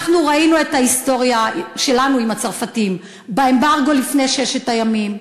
אנחנו ראינו את ההיסטוריה שלנו עם הצרפתים באמברגו לפני ששת הימים,